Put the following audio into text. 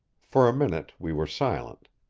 for a minute we were silent.